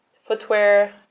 footwear